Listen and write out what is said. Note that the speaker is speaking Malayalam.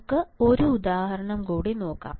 നമുക്ക് ഒരു ഉദാഹരണം കൂടി നോക്കാം